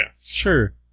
sure